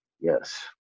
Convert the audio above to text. yes